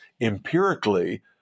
empirically